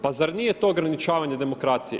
Pa zar nije to ograničavanje demokracije?